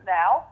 now